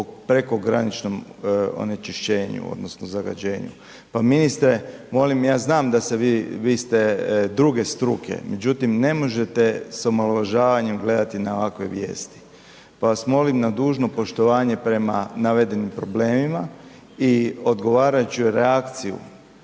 prekograničnom onečišćenju, odnosno zagađenju. Pa ministre molim, ja znam da vi ste druge struke međutim ne možete sa omalovažavanjem gledati na ovakve vijesti. Pa vas molim na dužno poštovanje prema navedenim problemima i odgovarajuću reakciju,